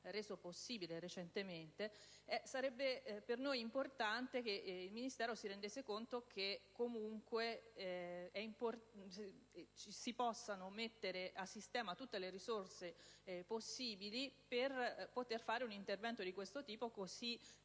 reso possibile recentemente, sarebbe per noi importante che il Ministero si rendesse conto che comunque si devono mettere a sistema tutte le risorse possibili per poter fare un intervento di questo tipo, così